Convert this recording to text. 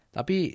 Tapi